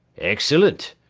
excellent!